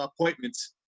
appointments